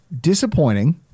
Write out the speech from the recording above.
disappointing